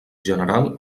general